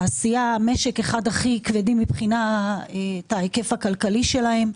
משק שהוא אחד הכי כבדים מבחינת ההיקף הכלכלי שלהם.